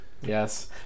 Yes